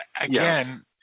again